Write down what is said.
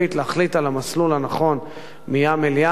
ולהחליט על המסלול הנכון מים אל ים.